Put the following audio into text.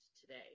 today